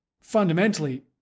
fundamentally